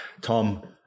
Tom